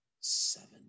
Seven